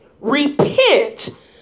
repent